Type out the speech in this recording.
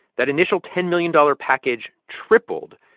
that initial ten million dollars package tripled.